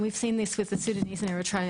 אנחנו ראינו את זה בשלל מקרים.